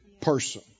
person